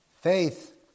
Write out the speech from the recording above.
Faith